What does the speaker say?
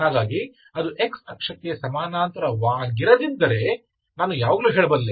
ಹಾಗಾಗಿ ಅದು x ಅಕ್ಷಕ್ಕೆ ಸಮಾನಾಂತರವಾಗಿರದಿದ್ದರೆ ನಾನು ಯಾವಾಗಲೂ ಹೇಳಬಲ್ಲೆ